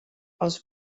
els